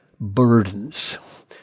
burdens